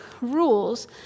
rules